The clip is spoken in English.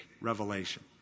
revelation